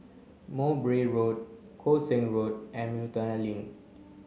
Mowbray Road Koon Seng Road and Miltonia Link